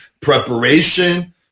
preparation